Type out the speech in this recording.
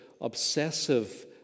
obsessive